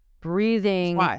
breathing